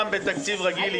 גם בתקציב רגיל,